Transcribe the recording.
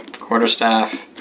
Quarterstaff